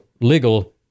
legal